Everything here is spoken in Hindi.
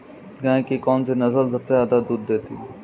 गाय की कौनसी नस्ल सबसे ज्यादा दूध देती है?